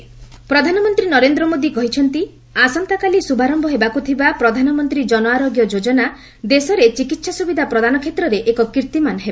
PM Odisha ପ୍ରଧାନମନ୍ତ୍ରୀ ନରେନ୍ଦ୍ର ମୋଦି କହିଛନ୍ତି ଆସନ୍ତାକାଲି ଶ୍ରଭାରମ୍ଭ ହେବାକ୍ ଥିବା ପ୍ରଧାନମନ୍ତ୍ରୀ ଜନ ଆରୋଗ୍ୟ ଯୋଜନା ଦେଶରେ ଚିକିତ୍ସା ସ୍ରବିଧା ପ୍ରଦାନ କ୍ଷେତ୍ରରେ ଏକ କୀର୍ତ୍ତିମାନ ହେବ